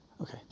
Okay